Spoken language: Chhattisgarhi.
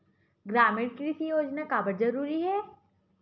ग्रामीण कृषि योजना काबर जरूरी हे?